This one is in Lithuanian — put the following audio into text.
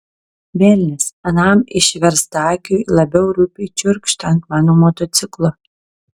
velnias anam išverstakiui labiau rūpi čiurkšt ant mano motociklo